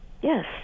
Yes